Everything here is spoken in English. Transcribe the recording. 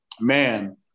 man